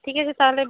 ঠিক আছে তাহলে